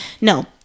no